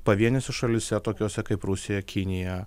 pavienėse šalyse tokiose kaip rusija kinija